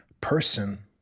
person